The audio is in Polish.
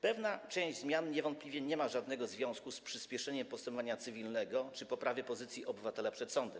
Pewna część zmian niewątpliwie nie ma żadnego związku z przyspieszeniem postępowania cywilnego czy poprawą pozycji obywatela przed sądem.